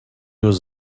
was